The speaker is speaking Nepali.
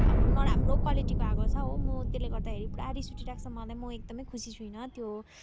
अब नराम्रो क्वालिटीको आएको छ हो म त्यसले गर्दाखेरि पुरा रिस उठिरहेको छ मलाई म एकदमै खुसी छुइँन त्यो प्रडक्टबाट चाहिँ हो